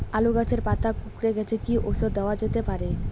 আলু গাছের পাতা কুকরে গেছে কি ঔষধ দেওয়া যেতে পারে?